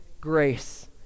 grace